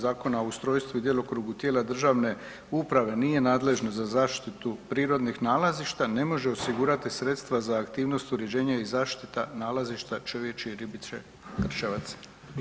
Zakona o ustrojstvu i djelokrugu tijela državne uprave nije nadležno za zaštitu prirodnih nalazišta ne može osigurati sredstva za aktivnost, uređenje i zaštita nalazišta čovječje ribice Krševac.